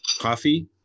Coffee